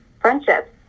friendships